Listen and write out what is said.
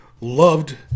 loved